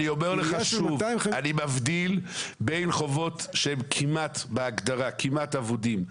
אני אומר לך שוב: אני מבדיל בין חובות שהם בהגדרה כמעט אבודים,